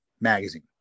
magazine